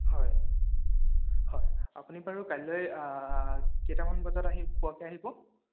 হয় হয় আপুনি বাৰু কাইলৈ কেইটামান বজাত আহিব পোৱাকে আহিব